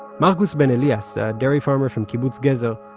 marcus ben elias a dairy farmer from kibbutz gezer,